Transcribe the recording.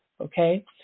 okay